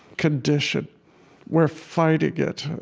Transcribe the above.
condition where fighting it